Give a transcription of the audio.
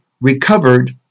recovered